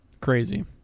Crazy